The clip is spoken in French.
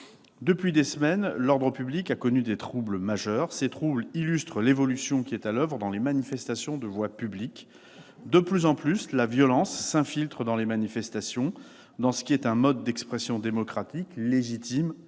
Depuis des semaines, l'ordre public connaît des troubles majeurs. Ces troubles illustrent l'évolution à l'oeuvre dans les manifestations de voie publique. De plus en plus, la violence s'infiltre dans les manifestations, qui sont un mode d'expression démocratique, légitime